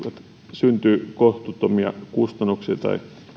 syntyy kohtuuttomia kustannuksia tai